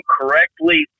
correctly